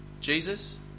Jesus